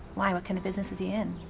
why? what kind of business is he in?